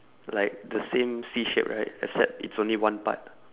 like the same C shape right except it's only one part